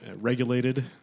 regulated